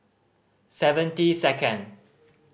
seventy second